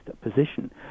position